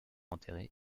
enterré